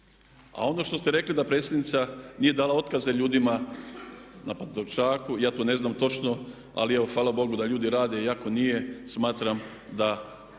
A ono što ste rekli da predsjednica nije dala otkaze ljudima na Pantovčaku, ja to ne znam točno ali evo hvala Bogu da ljudi rade, i smatram da